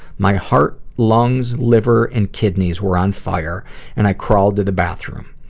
my heart, lungs, liver and kidneys were on fire and i crawled to the bathroom.